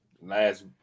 last